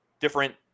different